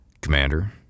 Commander